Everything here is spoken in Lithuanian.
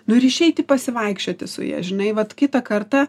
nu ir išeiti pasivaikščioti su ja žinai vat kitą kartą